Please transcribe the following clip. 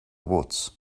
woods